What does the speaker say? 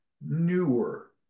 newer